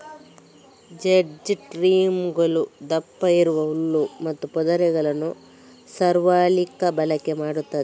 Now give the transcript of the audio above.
hedge ಟ್ರಿಮ್ಮರುಗಳು ದಪ್ಪ ಇರುವ ಹುಲ್ಲು ಮತ್ತೆ ಪೊದೆಗಳನ್ನ ಸವರ್ಲಿಕ್ಕೆ ಬಳಕೆ ಮಾಡ್ತಾರೆ